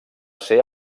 ser